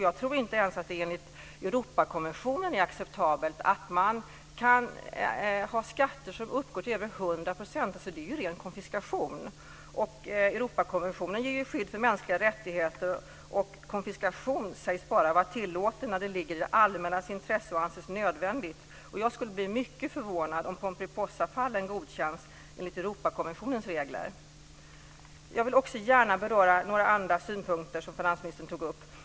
Jag tror inte ens att det enligt Europakonventionen är acceptabelt att man kan ha skatter som uppgår till över 100 %. Det är ju ren konfiskation! Europakonventionen ger skydd för mänskliga rättigheter, och konfiskation sägs bara vara tillåten när den ligger i det allmännas intresse och anses nödvändig. Jag skulle bli mycket förvånad om pomperipossafallen skulle godkännas enligt Europakonventionens regler. Jag vill också gärna beröra några andra synpunkter som finansministern tog upp.